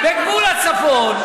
בגבול הצפון,